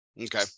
okay